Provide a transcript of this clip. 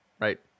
right